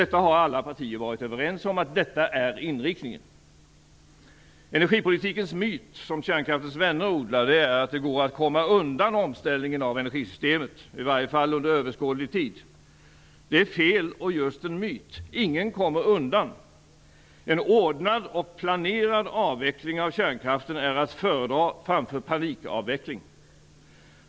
Alla partier har varit överens om att detta är inriktningen. Energipolitikens myt som kärnkraftens vänner odlar är att det går att komma undan omställningen av energisystemet, i varje fall under överskådlig tid. Det är fel och just en myt. Ingen kommer undan. En ordnad och planerad avveckling av kärnkraften är att föredra framför panikavveckling.